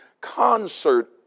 concert